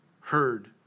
heard